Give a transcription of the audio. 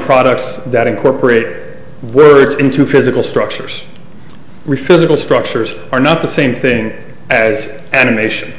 products that incorporate words into physical structures re physical structures are not the same thing as animation